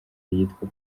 yitwa